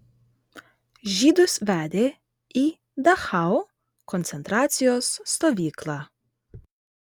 žydus vedė į dachau koncentracijos stovyklą